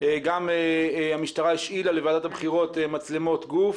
גם המשטרה השאילה לוועדת הבחירות מצלמות גוף,